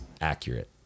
Accurate